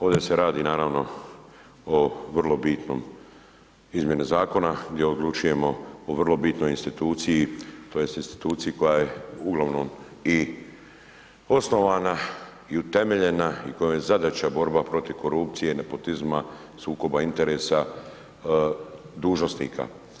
Ovdje se radi naravno o vrlo bitnom, izmjenama zakona, gdje odlučujemo o vrlo bitnoj instituciji, tj. instituciji koja je uglavnom osnovana i utemeljena i kojoj je zadaća borba protiv korupcije, nepotizma, sukoba interesa dužnosnika.